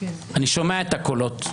אני שומע את הקולות,